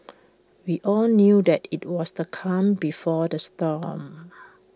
we all knew that IT was the calm before the storm